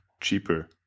cheaper